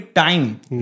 time